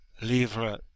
livre